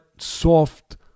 soft